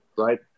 Right